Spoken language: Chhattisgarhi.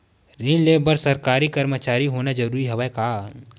ऋण ले बर सरकारी कर्मचारी होना जरूरी हवय का?